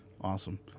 Awesome